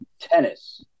tennis